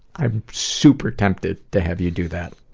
i'm super tempted to have you do that.